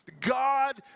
God